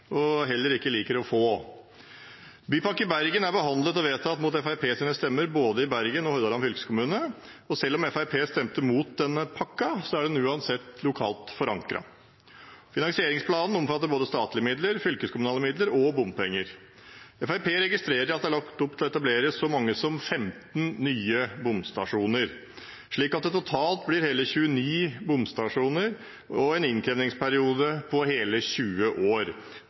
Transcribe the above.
og heller ikke liker å få. Bypakke Bergen er behandlet og vedtatt mot Fremskrittspartiets stemmer, både i Bergen og i Hordaland fylkeskommune. Selv om Fremskrittspartiet stemte imot denne pakken, er den lokalt forankret. Finansieringsplanen omfatter både statlige midler, fylkeskommunale midler og bompenger. Fremskrittspartiet registrerer at det er lagt opp til å etablere så mange som 15 nye bomstasjoner, slik at det totalt blir hele 29 bomstasjoner og en innkrevingsperiode på hele 20 år.